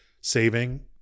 saving